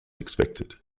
expected